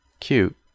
Cute